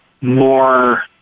more